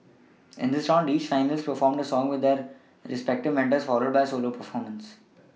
in this round each finalist performed a song with their respective Mentors followed by a solo performance